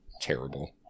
terrible